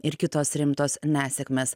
ir kitos rimtos nesėkmės